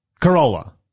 Corolla